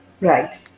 Right